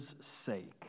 sake